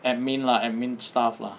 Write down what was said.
admin lah admin stuff lah